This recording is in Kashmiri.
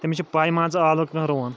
تٔمِس چھِ پَے مان ژٕ ٲلوٕ کٕتھ کٔنۍ رُوُن